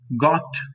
got